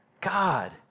God